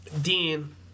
Dean